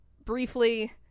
briefly